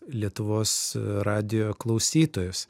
lietuvos radijo klausytojus